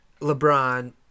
LeBron